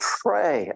pray